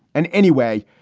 and anyway,